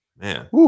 Man